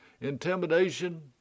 Intimidation